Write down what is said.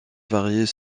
varier